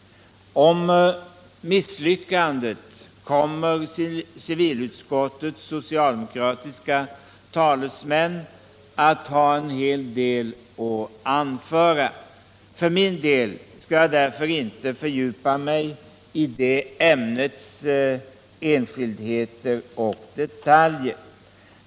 Om misslyckandet kommer civilutskottets socialdemokratiska talesmän att ha en hel del att anföra. För min del skall jag därför inte fördjupa mig i ämnets enskildheter och detaljer.